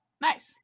Nice